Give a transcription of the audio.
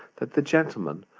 that the gentlemen,